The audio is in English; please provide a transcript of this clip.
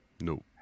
No